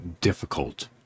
difficult